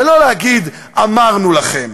ולא להגיד "אמרנו לכם".